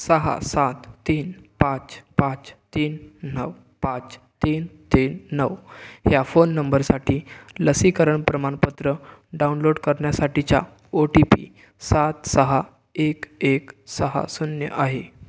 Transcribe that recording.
सहा सात तीन पाच पाच तीन नऊ पाच तीन तीन नऊ ह्या फोन नंबरसाठी लसीकरण प्रमाणपत्र डाउनलोड करण्यासाठीचा ओ टी पी सात सहा एक एक सहा शून्य आहे